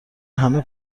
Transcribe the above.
همه